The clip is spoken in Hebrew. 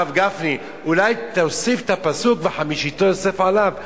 הרב גפני: אולי תוסיף את הפסוק ו"חמשתו יוסף עליו".